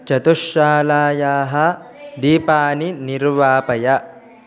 चतुःशालायाः दीपानि निर्वापय